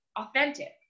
authentic